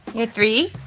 you're three.